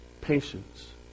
Patience